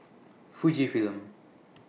Fujifilm